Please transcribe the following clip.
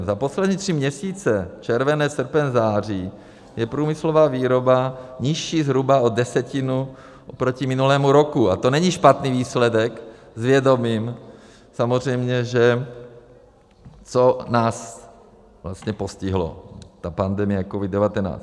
Za poslední tři měsíce, červenec, srpen, září, je průmyslová výroba nižší zhruba o desetinu oproti minulému roku a to není špatný výsledek, s vědomím samozřejmě, co nás postihlo, ta pandemie COVID19.